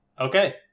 Okay